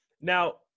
now –